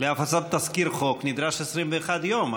להפצת תזכיר חוק נדרש 21 יום,